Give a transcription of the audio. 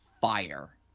fire